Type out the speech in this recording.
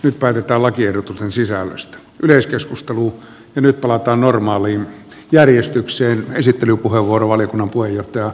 nyt päätetään lakiehdotusten sisällöstä yleiskeskustelu ja nyt palataan normaaliin järjestykseen esittelypuheenvuoro valiokunnan puheenjohtaja